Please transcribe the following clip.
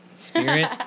Spirit